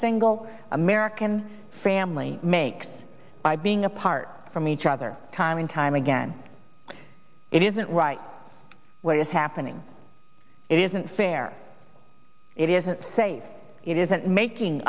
single american family makes by being apart from each other time and time again it isn't right what is happening it isn't fair it isn't safe it isn't making